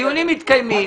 הדיונים מתקיימים.